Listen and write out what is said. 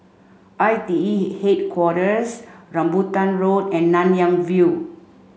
I T E Headquarters Rambutan Road and Nanyang View